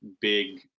big